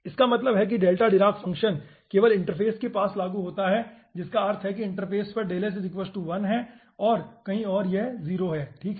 इसका मतलब है कि डेल्टा डिराक फ़ंक्शन केवल इंटरफ़ेस के पास लागू होता है जिसका अर्थ है कि इंटरफ़ेस पर और कहीं और यह 0 है ठीक है